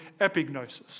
epignosis